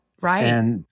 Right